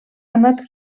anat